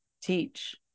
teach